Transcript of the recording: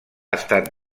estat